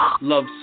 Love